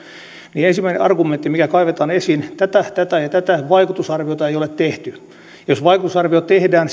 niin ensimmäinen argumentti mikä kaivetaan esiin on että tätä tätä ja tätä vaikutusarviota ei ole tehty jos vaikutusarvio tehdään